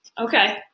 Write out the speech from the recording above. okay